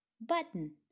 Button